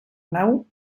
nau